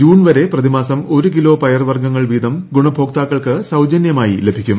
June വരെ പ്രതിമാസം ഒരു കിലോ പയർവർഗങ്ങൾ വീതം ഗുണഭോക്താക്കൾക്ക് സൌജന്യമായി ലഭിക്കും